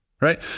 Right